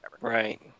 Right